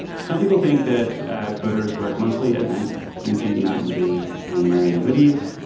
some people think that coders work mostly at night drinking mountain dew and wearing hoodies.